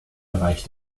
bereich